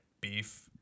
beef-